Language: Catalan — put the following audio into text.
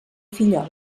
fillol